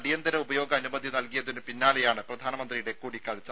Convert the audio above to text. അടിയന്തര ഉപയോഗ അനുമതി നൽകിയതിനു പിന്നാലെയാണ് പ്രധാനമന്ത്രിയുടെ കൂടിക്കാഴ്ച